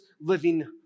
living